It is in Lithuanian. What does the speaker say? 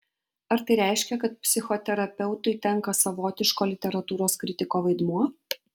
ar tai reiškia kad psichoterapeutui tenka savotiško literatūros kritiko vaidmuo